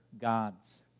gods